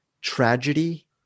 tragedy